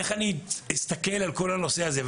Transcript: איך אני אסתכל על כל הנושא הזה?